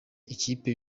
ikipe